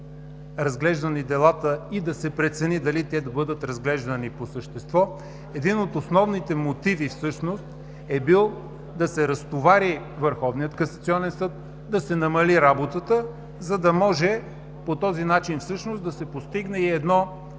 разглеждани делата и да се прецени дали те да бъдат разглеждани по същество. Един от основните мотиви всъщност е бил да се разтовари Върховният касационен съд, да се намали работата, за да може по този начин да се постигне и една